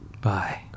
Bye